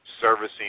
servicing